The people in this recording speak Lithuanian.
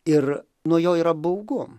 ir nuo jo yra baugu